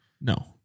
no